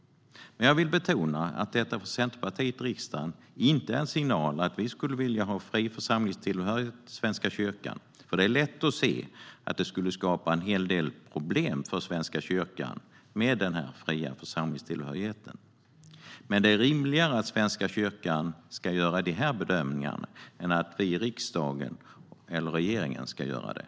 Men jag vill betona att detta för Centerpartiet i riksdagen inte är en signal om att vi skulle vilja ha fri församlingstillhörighet i Svenska kyrkan. Det är lätt att se att fri församlingstillhörighet skulle skapa en hel del problem för Svenska kyrkan. Det är rimligare att Svenska kyrkan ska göra de bedömningarna än att vi i riksdagen eller regeringen ska göra det.